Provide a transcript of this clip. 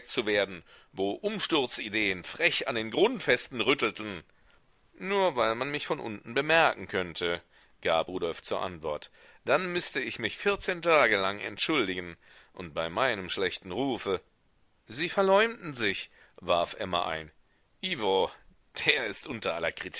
zu werden wo umsturzideen frech an den grundfesten rüttelten nur weil man mich von unten bemerken könnte gab rudolf zur antwort dann müßte ich mich vierzehn tage lang entschuldigen und bei meinem schlechten rufe sie verleumden sich warf emma ein i wo der ist unter